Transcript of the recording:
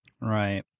Right